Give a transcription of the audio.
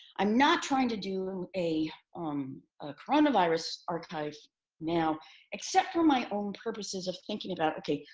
i'm not trying to do a um coronavirus archive now except for my own purposes of thinking about, okay,